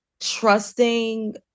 trusting